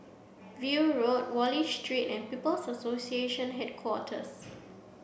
View Road Wallich Street and People's Association Headquarters